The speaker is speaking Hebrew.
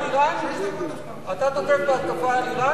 אתה תטפל בהתקפה על אירן?